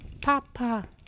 Papa